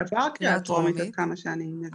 זה עבר קריאה טרומית עד כמה שאני מבינה.